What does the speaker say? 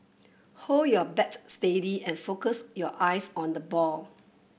hold your bat steady and focus your eyes on the ball